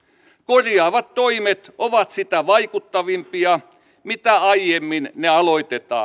korjaavat toimet ovat sitä vaikuttavampia mitä aiemmin ne aloitetaan